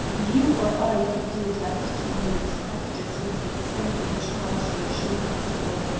you or i could do it after ten minutes' practice with an expanding charge and a show pistol.